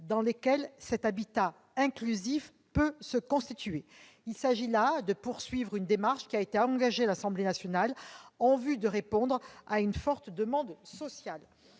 dans lesquels cet habitat inclusif peut se constituer. Il s'agit de poursuivre une démarche engagée à l'Assemblée nationale en vue de répondre à une forte demande sociale.